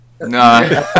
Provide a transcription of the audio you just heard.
No